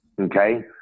Okay